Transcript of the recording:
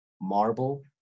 marble